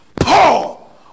Paul